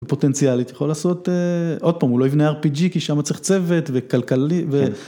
פוטנציאלית, יכול לעשות, עוד פעם, הוא לא יבנה RPG, כי שם את צריך צוות וכלכלית